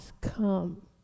come